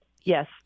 Yes